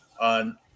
on